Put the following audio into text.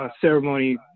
ceremony